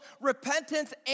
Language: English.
repentance